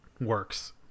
works